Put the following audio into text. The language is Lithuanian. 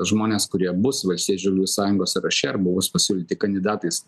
žmonės kurie bus valstiečių žaliųjų sąjungos sąraše arba bus pasiūlyti kandidatais